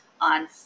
on